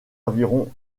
environ